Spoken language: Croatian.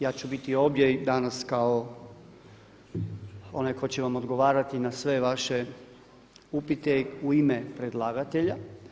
Ja ću biti ovdje danas kao onaj tko će vam odgovarati na sve vaše u ime predlagatelja.